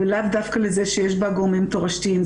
ולאו דווקא לזה שיש בה גורמים תורשתיים.